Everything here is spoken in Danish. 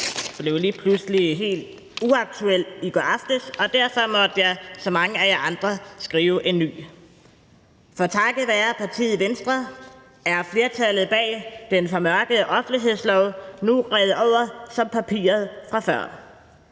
Hegaard river et stykke papir over), og derfor måtte jeg som mange af jer andre skrive en ny; for takket være partiet Venstre er flertallet bag den formørkede offentlighedslov nu revet over som papiret fra før.